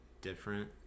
different